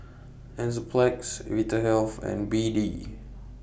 Enzyplex Vitahealth and B D